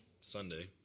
Sunday